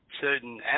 certain